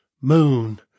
Moon